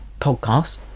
podcast